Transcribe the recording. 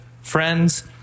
friends